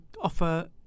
offer